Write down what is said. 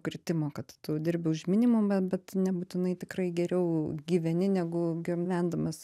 kritimo kad tu dirbi už minimumą bet nebūtinai tikrai geriau gyveni negu gyvendamas